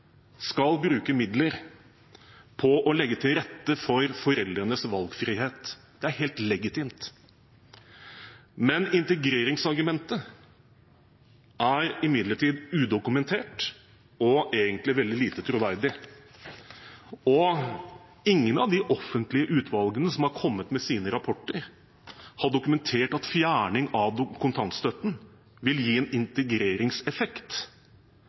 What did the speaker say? skal bruke midler på å legge til rette for foreldrenes valgfrihet. Det er helt legitimt. Integreringsargumentet er imidlertid udokumentert og egentlig veldig lite troverdig. Ingen av de offentlige utvalgene som har kommet med sine rapporter, har dokumentert at fjerning av kontantstøtten vil gi en integreringseffekt,